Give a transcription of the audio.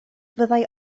fyddai